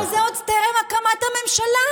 אבל זה עוד טרם הקמת הממשלה.